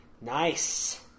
Nice